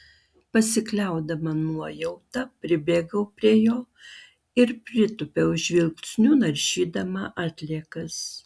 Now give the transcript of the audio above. pasikliaudama nuojauta pribėgau prie jo ir pritūpiau žvilgsniu naršydama atliekas